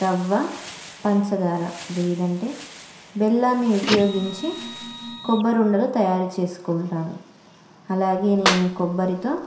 రవ్వ పంచదార లేదంటే బెల్లాన్ని ఉపయోగించి కొబ్బరుండలు తయారు చేసుకుంటాను అలాగే నేను కొబ్బరితో